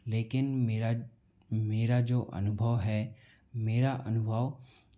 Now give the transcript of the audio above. लेकिन मेरा मेरा जो अनुभव है मेरा अनुभव